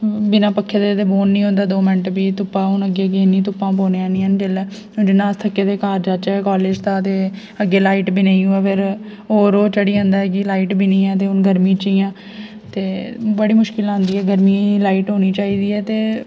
बिना पक्खे दे ते बौह्न निं होंदा दो मैंट बी धुप्पा ते अग्गें बी हून इ'न्नियां धुप्पां पोनियां न ते हून जि'यां अस हून थक्के दे घर जाचै कॉलेज दा ते अग्गें लाइट बी नेईं होवै फिर होर रोह् चढ़ी जंदा कि लाइट बी नेईं ऐ ते हून गर्मियें च इ'यां ते बड़ी मुश्कल आंदी ऐ गर्मियें ई लाइट होनी चाहिदी ऐ ते